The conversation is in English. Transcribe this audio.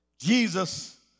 Jesus